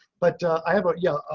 but i have a yellow.